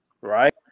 Right